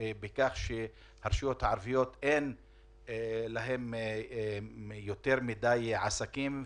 בכך שלרשויות הערביות אין יותר מדי עסקים,